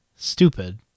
Stupid